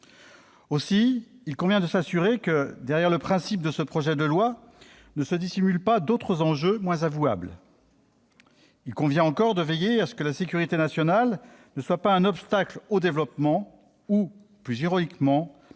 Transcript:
Aussi, il convient de s'assurer que, derrière le principe de ce texte, ne se dissimulent pas d'autres enjeux, moins avouables. Il convient encore de veiller à ce que la sécurité nationale ne soit pas un obstacle au développement ou, plus ironiquement,